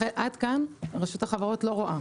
עד כאן רשות החברות לא רואה,